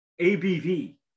abv